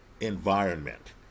environment